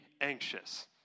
anxious